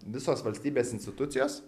visos valstybės institucijos